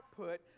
output